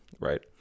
right